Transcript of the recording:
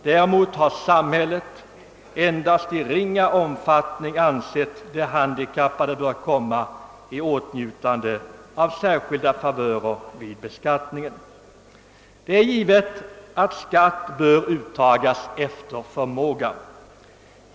Däremot har samhället endast i ringa omfattning ansett de handikappade böra komma i åtnjutande av särskilda favörer vid beskattningen. Det är givet att skatt bör uttagas efter förmåga.